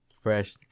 Fresh